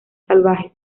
salvajes